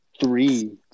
Three